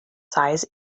size